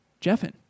Jeffin